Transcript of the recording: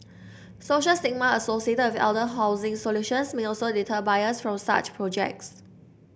social stigma associated with elder housing solutions may also deter buyers from such projects